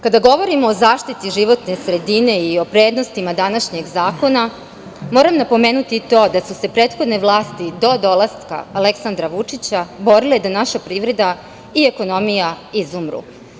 Kada govorimo o zaštiti životne sredine i o prednostima današnjeg zakona, moram napomenuti i to da su se prethodne vlasti do dolaska Aleksandra Vučića borile da naša privreda i ekonomija izumru.